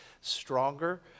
stronger